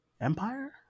Empire